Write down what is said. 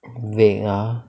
vague ah